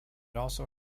also